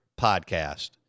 podcast